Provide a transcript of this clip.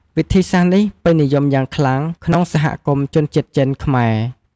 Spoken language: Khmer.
វិធីសាស្ត្រនេះពេញនិយមយ៉ាងខ្លាំងក្នុងសហគមន៍ជនជាតិចិន-ខ្មែរ។